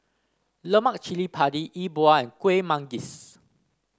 Lemak Cili Padi E Bua and Kuih Manggis